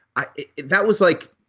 ah that was like,